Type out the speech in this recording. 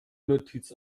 notiz